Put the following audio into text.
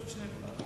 ועדת הכלכלה